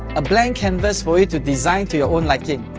a blank canvas for you to design to your own liking.